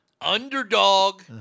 Underdog